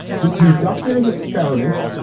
he conducted an experiment.